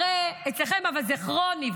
הרי אצלכם זה כרוני,